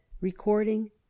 Recording